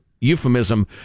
euphemism